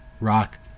rock